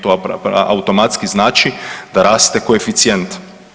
To automatski znači da raste koeficijent.